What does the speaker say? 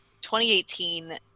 2018